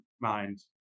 mind